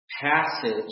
passage